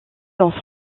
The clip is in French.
dans